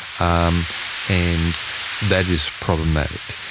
um and that is problematic.